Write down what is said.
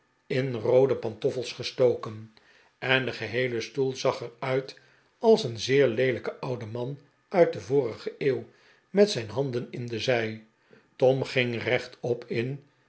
in roode pantoffels gestoken en de geheele stoel zag er uit als een zeer leelijke oude man uit de vorige eeuw met zijn handen in de zij tom ging rechtop in